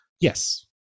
yes